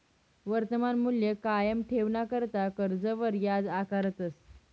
वर्तमान मूल्य कायम ठेवाणाकरता कर्जवर याज आकारतस